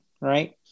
right